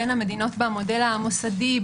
בין המדינות במודל המוסדי,